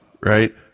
right